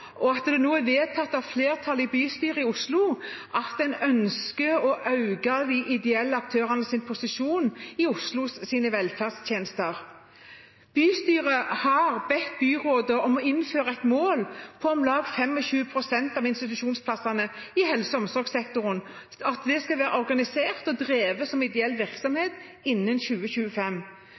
er nå vedtatt av flertallet i bystyret i Oslo at en ønsker å øke de ideelle aktørenes posisjon i Oslos velferdstjenester. Bystyret har bedt byrådet om å innføre et mål om at om lag 25 pst. av institusjonsplassene i helse- og omsorgssektoren skal være organisert og drevet som ideell virksomhet innen 2025,